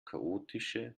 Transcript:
chaotische